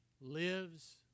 lives